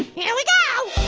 here we go!